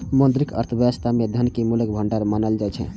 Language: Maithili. मौद्रिक अर्थव्यवस्था मे धन कें मूल्यक भंडार मानल जाइ छै